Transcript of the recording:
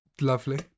Lovely